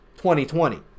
2020